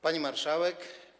Pani Marszałek!